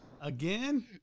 again